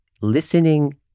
listening